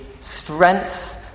strength